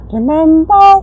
Remember